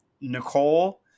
nicole